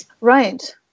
Right